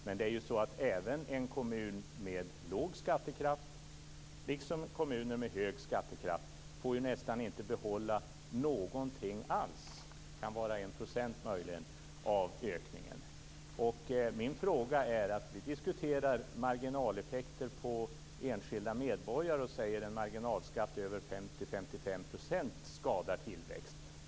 Men även en kommun med låg skattekraft liksom kommuner med hög skattekraft får ju nästan inte behålla någonting alls - det kan möjligen vara 1 %- Vi diskuterar marginaleffekter när det gäller enskilda medborgare och säger att en marginalskatt på över 50-55 % skadar tillväxten.